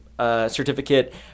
Certificate